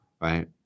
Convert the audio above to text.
right